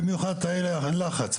במיוחד תאי לחץ,